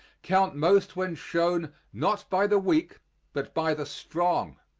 count most when shown not by the weak but by the strong.